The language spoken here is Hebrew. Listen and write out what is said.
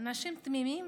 אנשים תמימים